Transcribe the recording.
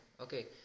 Okay